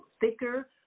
thicker